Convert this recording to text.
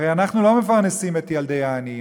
הרי אנחנו לא מפרנסים את ילדי העניים,